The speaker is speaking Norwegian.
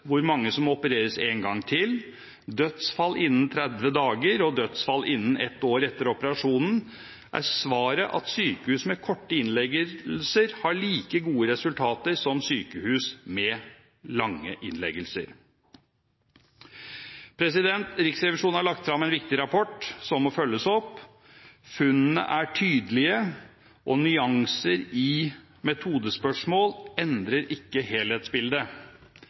hvor mange som må opereres en gang til, dødsfall innen 30 dager og dødsfall innen et år etter operasjonen, er svaret at sykehus med kortvarige innleggelser har like gode resultater som sykehus med langvarige innleggelser. Riksrevisjonen har lagt fram en viktig rapport, som må følges opp. Funnene er tydelige, og nyanser i metodespørsmål endrer ikke helhetsbildet.